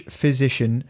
physician